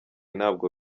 ntabwo